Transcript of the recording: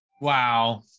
Wow